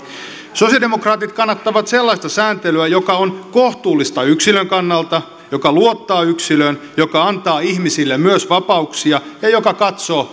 sosialidemokraatit kannattavat sellaista sääntelyä joka on kohtuullista yksilön kannalta joka luottaa yksilöön joka antaa ihmisille myös vapauksia ja joka katsoo